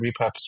repurpose